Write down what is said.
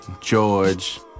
george